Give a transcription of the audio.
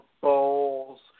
Bowls